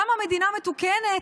למה מדינה מתוקנת